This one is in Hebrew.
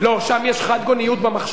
לא, מאה אחוז, לא, שם יש חדגוניות במחשבה.